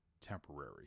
temporary